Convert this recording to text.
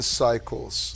cycles